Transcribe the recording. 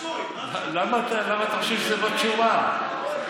למה אתה חושב שזאת לא תשובה?